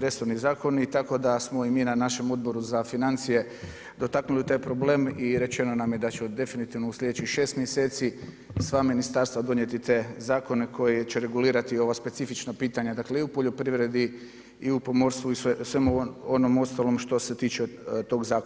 resorni zakoni, tako da smo i mi na našem Odboru za financije dotaknuli u taj problem i rečeno nam je da će definitivno u sljedećih 6 mjeseci sva ministarstva donijeti te zakone koji će regulirati ova specifična pitanja, dakle i u poljoprivredi i u pomorstvu i u svemu onom ostalom što se tiče tog zakona.